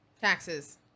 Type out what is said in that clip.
Taxes